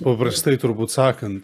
paprastai turbūt sakant